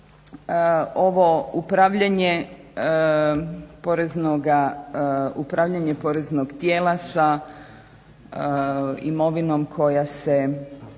ovo upravljanje poreznog tijela sa imovinom koja se